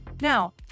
Now